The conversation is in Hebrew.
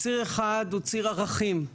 ציר אחד הוא ציר ערכים.